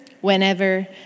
whenever